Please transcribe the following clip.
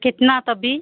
कितना तब भी